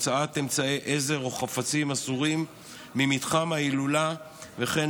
על הוצאת אמצעי עזר או חפצים אסורים ממתחם ההילולה וכן